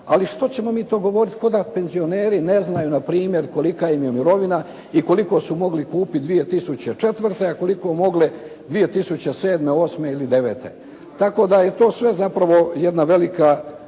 Ali što ćemo mi govoriti kao da penzioneri ne znaju nrp. Kolika im je mirovina i koliko su mogli kupiti 2004., a koliko mogli 2007., osme ili devete. Tako da je to sve zapravo jedna velika